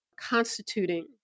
constituting